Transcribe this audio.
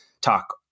talk